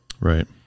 Right